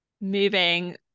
moving